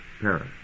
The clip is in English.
Paris